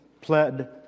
pled